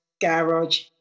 garage